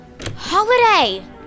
Holiday